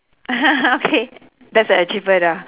okay that's an achievement ah